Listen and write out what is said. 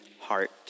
heart